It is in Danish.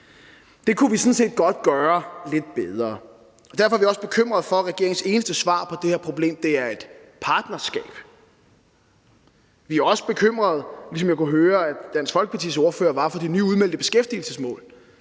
Det kunne vi sådan set godt gøre lidt bedre, og derfor er vi også bekymrede for, at regeringens eneste svar på det her problem er et partnerskab. Vi er også bekymrede, ligesom jeg kunne høre Dansk Folkepartis ordfører var, for de nye udmeldte beskæftigelsesmål,